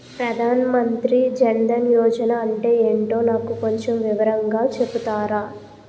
ప్రధాన్ మంత్రి జన్ దన్ యోజన అంటే ఏంటో నాకు కొంచెం వివరంగా చెపుతారా?